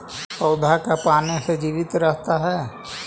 पौधा का पाने से जीवित रहता है?